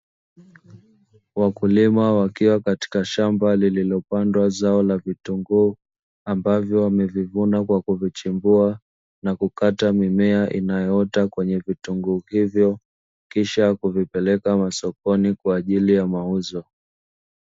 Wakulima wakiwa katika shamba lililo pandwa zao la vitunguu ambavyo wame vivuna kwa vichimbua na kukata mimea inayoota kwenye vitunguu hivyo, kisha kuvi peleka masokoni kwaajili ya mauzo.